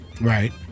Right